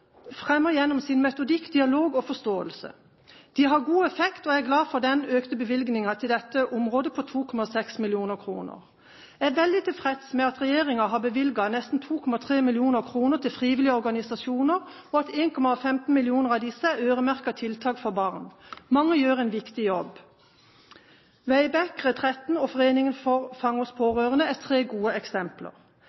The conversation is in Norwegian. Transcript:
forståelse. De har god effekt, og jeg er glad for den økte bevilgningen til dette området på 2,6 mill. kr. Jeg er veldig tilfreds med at regjeringen har bevilget nesten 2,3 mill. kr til frivillige organisasjoner, og at 1,15 mill. kr av disse er øremerket tiltak for barn. Mange gjør en viktig jobb: Way Back, Retretten og Foreningen for